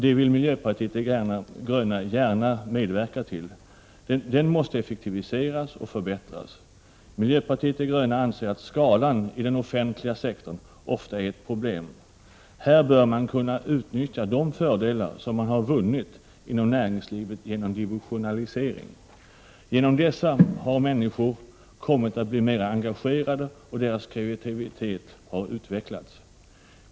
Det vill miljöpartiet de gröna gärna medverka till. Den offentliga sektorn måste effektiviseras och förbättras. Miljöpartiet de gröna anser att skalan i den offentliga sektorn ofta är ett problem. Här bör man kunna utnyttja de fördelar som man har vunnit inom näringslivet genom divisionalisering. Genom denna har människor blivit mer engagerade, och deras kreativitet har utvecklats.